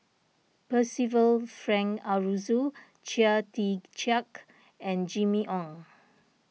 Percival Frank Aroozoo Chia Tee Chiak and Jimmy Ong